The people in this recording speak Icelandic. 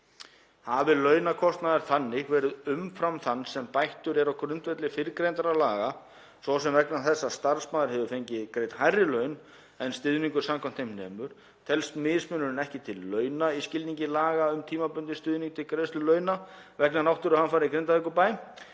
Hafi launakostnaður þannig verið umfram þann sem bættur er á grundvelli fyrrgreindra laga, svo sem vegna þess að starfsmaður hefur fengið greidd hærri laun en stuðningur samkvæmt þeim nemur, telst mismunurinn ekki til launa í skilningi laga um tímabundinn stuðning til greiðslu launa vegna náttúruhamfara í Grindavíkurbæ.